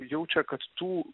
jaučia kad tų